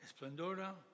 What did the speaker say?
esplendorosa